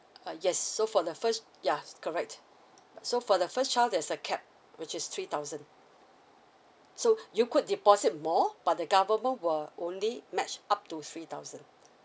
uh yes so for the first yeah correct so for the first child there's a cap which is three thousand so you could deposit more but the government will only match up to three thousand